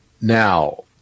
Now